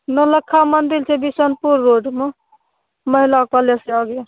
नौलखा मंदिल छै बिसनपुर रोडमे महिला कॉलेजसँ आगे